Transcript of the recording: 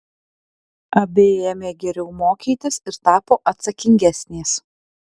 abi ėmė geriau mokytis ir tapo atsakingesnės